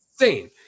insane